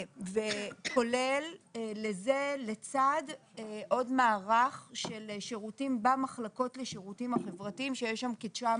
כולל לצד עוד מערך של שירותים במחלקות לשירותים החברתיים שיש שם כ-900